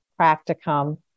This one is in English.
practicum